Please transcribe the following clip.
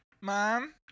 Mom